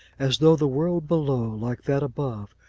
as though the world below, like that above,